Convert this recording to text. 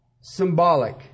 symbolic